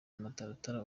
amataratara